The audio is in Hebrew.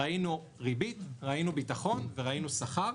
ראינו ריבית, ראינו ביטחון, וראינו שכר.